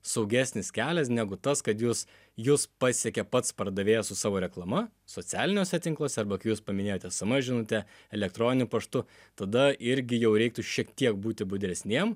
saugesnis kelias negu tas kad jūs jus pasiekė pats pardavėjas su savo reklama socialiniuose tinkluose arba kai jūs paminėjote sms žinute elektroniniu paštu tada irgi jau reiktų šiek tiek būti budresniem